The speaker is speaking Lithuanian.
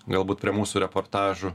galbūt prie mūsų reportažų